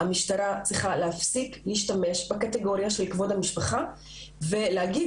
המשטרה צריכה להפסיק להשתמש בקטגוריה של כבוד המשפחה ולהגיד